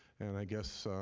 and i guess